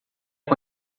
com